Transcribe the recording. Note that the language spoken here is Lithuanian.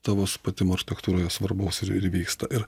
tavo supratimu architektūroje svarbaus ir ir vyksta ir